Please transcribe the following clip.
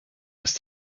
ist